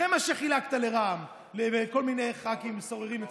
אחרי מה שחילקת לרע"מ ולכל מיני ח"כים סוררים אצלך,